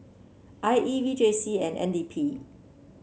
I E V J C and N D P